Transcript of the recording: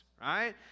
right